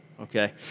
okay